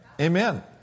Amen